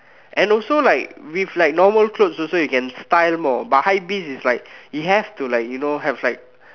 and also like with like normal clothes also you can style more but hypebeast is like you have to like you know have like